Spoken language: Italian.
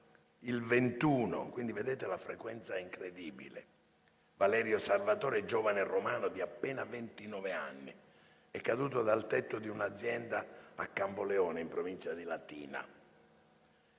il 21 - quindi vedete la frequenza è incredibile - Valerio Salvatore, giovane romano di appena ventinove anni, è caduto dal tetto di un'azienda a Campoleone, in provincia di Latina,